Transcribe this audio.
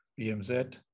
BMZ